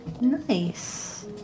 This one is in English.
Nice